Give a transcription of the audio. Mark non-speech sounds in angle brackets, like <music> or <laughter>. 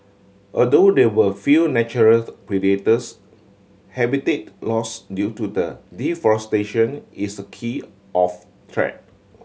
although they were few naturals predators habitat loss due to <unintelligible> deforestation is a key of threat